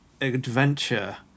adventure